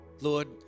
Lord